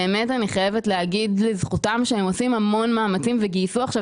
באמת אני חייבת להגיד לזכותם שהם עושים המון מאמצים וגייסו עכשיו